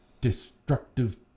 destructive